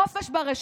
חופש ברשתות.